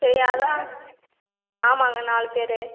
சரி அதுதான் ஆமாங்க நாலு பேர்